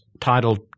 titled